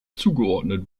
zugeordnet